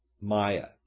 Maya